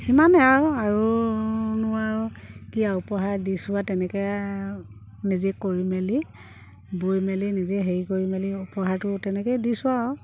সিমানেই আৰু আৰুনো আৰু কি আৰু উপহাৰ দিছোঁ আৰু তেনেকৈ নিজে কৰি মেলি বৈ মেলি নিজে হেৰি কৰি মেলি উপহাৰটো তেনেকৈয়ে দিছোঁ আৰু